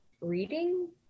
reading